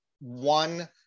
one